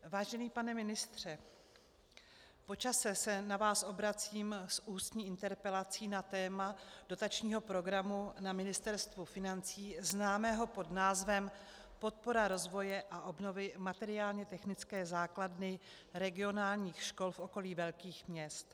Vážený pane ministře, po čase se na vás obracím s ústní interpelací na téma dotačního programu na Ministerstvu financí známého pod názvem Podpora rozvoje a obnovy materiálně technické základny regionálních škol v okolí velkých měst.